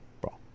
bro